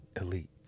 elite